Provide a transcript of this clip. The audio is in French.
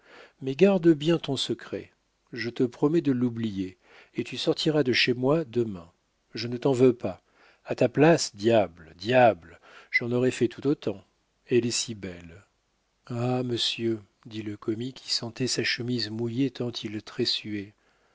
mais garde bien ton secret je te promets de l'oublier et tu sortiras de chez moi demain je ne t'en veux pas à ta place diable diable j'en aurais fait tout autant elle est si belle ah monsieur dit le commis qui sentait sa chemise mouillée tant il se